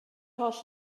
holl